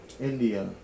India